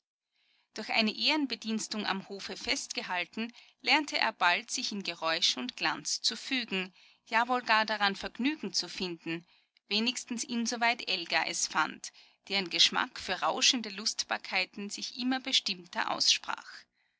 durch eine ehrenbedienstung am hofe festgehalten lernte er bald sich in geräusch und glanz fügen ja wohl gar daran vergnügen finden wenigstens insoweit elga es fand deren geschmack für rauschende lustbarkeiten sich immer bestimmter aussprach